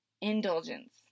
indulgence